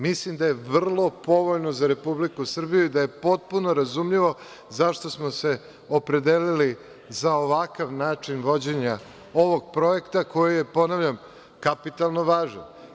Mislim da je vrlo povoljno za Republiku Srbiju i da je potpuno razumljivo zašto smo se opredelili za ovakav način vođenja ovog projekta koji je, ponavljam, kapitalno važan.